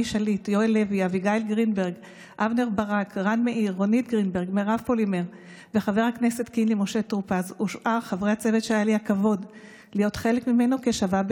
המצע של מפלגת יש עתיד בחינוך הוא פרי עבודתו של צוות היגוי מקצועי